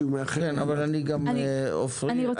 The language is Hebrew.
עפרי,